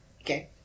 Okay